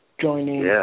joining